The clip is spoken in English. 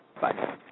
Bye